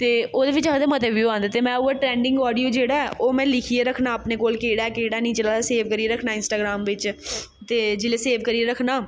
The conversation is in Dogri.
ते ओह्दे बिच्च आखदे मते ब्यू औंदे ते में उ'ऐ ट्रैंडिंग आडियो जेह्ड़ा ऐ ओह् में लिखियै रक्खना अपने कोल केह्ड़ा ऐ केह्ड़ा निं चला दा सेव करियै रक्खना इंस्टाग्राम बिच्च ते जिसलै सेव करियै रक्खना